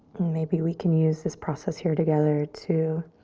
maybe we can use this process here together to